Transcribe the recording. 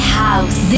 house